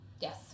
Yes